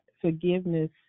forgiveness